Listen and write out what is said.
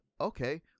Okay